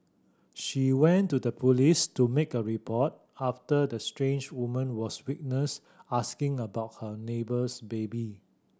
she went to the police to make a report after the strange woman was witnessed asking about her neighbour's baby